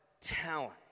talent